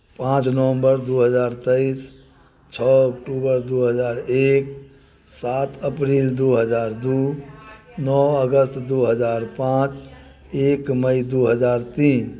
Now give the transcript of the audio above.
पाँच नवम्बर दू हजार तेइस छओ अक्टूबर दू हजार एक सात अप्रिल दू हजार दू नओ अगस्त दू हजार पाँच एक मइ दू हजार तीन